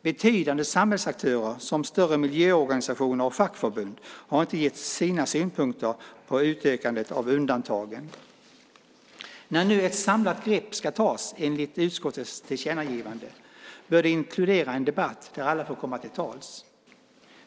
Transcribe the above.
Betydande samhällsaktörer som större miljöorganisationer och fackförbund har inte gett sina synpunkter på utökandet av undantagen. När nu ett samlat grepp ska tas enligt utskottets tillkännagivande bör det inkludera en debatt där alla får komma till tals.